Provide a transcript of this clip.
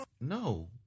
no